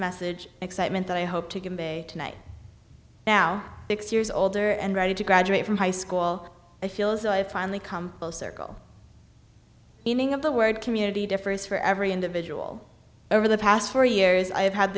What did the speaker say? message excitement that i hope to convey tonight now six years older and ready to graduate from high school i feel as though i've finally come full circle meaning of the word community differs for every individual over the past four years i have had